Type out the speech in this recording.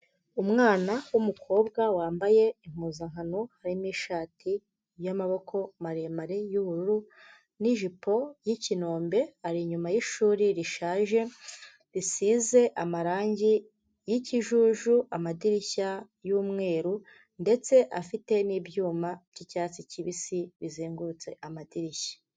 Umwana w'umukobwa wambaye impuzankano harimo ishati y'amaboko maremare y'ubururu n'ijipo y'ikinombe, ari inyuma y'ishuri rishaje risize amarangi y'ikijuju, amadirishya y'umweru ndetse afite n'ibyuma by'icyatsi kibisi bizengurutse amadirishya.